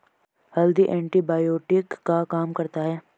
हल्दी एंटीबायोटिक का काम करता है